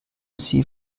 sie